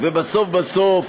ובסוף בסוף